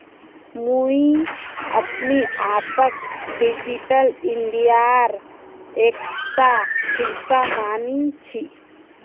मुई अपने आपक डिजिटल इंडियार एकटा हिस्सा माने छि